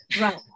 Right